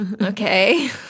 Okay